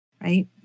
right